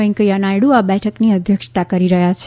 વૈકેંયા નાયડુ આ બેઠકની અધ્યક્ષતા કરી રહ્યા છે